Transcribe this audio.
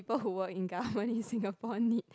people work in government in Singapore need